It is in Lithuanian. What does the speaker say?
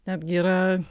netgi yra